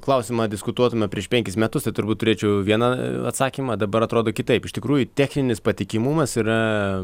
klausimą diskutuotume prieš penkis metus tai turbūt turėčiau vieną atsakymą dabar atrodo kitaip iš tikrųjų techninis patikimumas yra